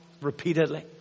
repeatedly